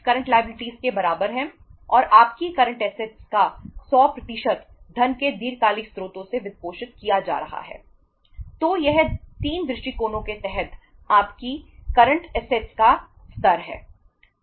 current asset का स्तर है